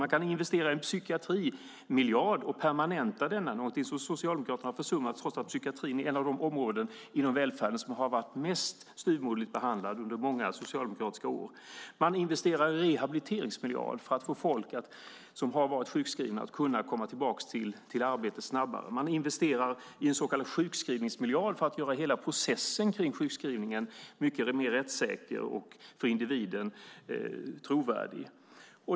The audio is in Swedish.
Man kan investera i en psykiatrimiljard och permanenta denna. Det är något som Socialdemokraterna har försummat, trots att psykiatrin är ett av de områden inom välfärden som har varit mest styvmoderligt behandlat under många socialdemokratiska år. Man investerar i en rehabiliteringsmiljard för att få folk som har varit sjukskrivna att komma tillbaka till arbete snabbare. Man investerar i en så kallad sjukskrivningsmiljard för att göra hela processen runt sjukskrivningen mer rättssäker och för individen trovärdig.